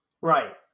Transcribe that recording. Right